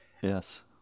Yes